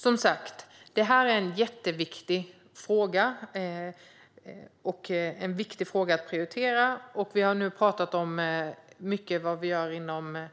Som sagt: Det här är en jätteviktig fråga att prioritera. Vi har nu talat mycket om vad vi gör inom